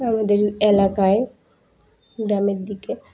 আমাদের এলাকায় গ্রামের দিকে